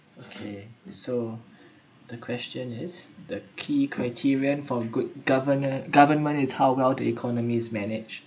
okay so the question is the key criterion for good govnan~ government is how well the economy is managed